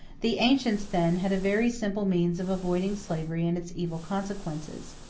the ancients, then, had a very simple means of avoiding slavery and its evil consequences,